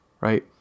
right